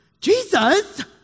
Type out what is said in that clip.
Jesus